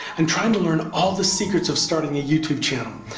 and trying to learn all the secrets of starting a youtube channel.